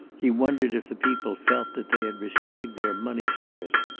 he wondered if the people felt that they had received their money's worth.